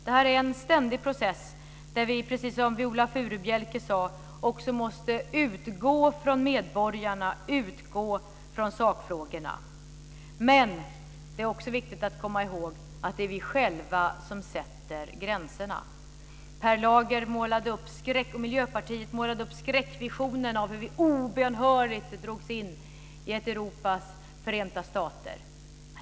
Det här är en ständig process där vi, precis som Viola Furubjelke sade, också måste utgå från medborgarna och från sakfrågorna. Men det är också viktigt att komma ihåg att det är vi själva som sätter gränserna. Per Lager och Miljöpartiet målade upp skräckvisionen av hur vi obönhörligt drogs in i ett Europas förenta stater.